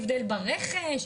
הבדל ברכש?